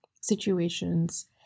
situations